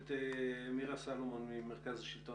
מירה סלומון, מרכז השלטון